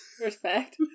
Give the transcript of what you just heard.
Respect